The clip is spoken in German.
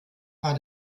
war